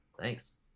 Thanks